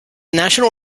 national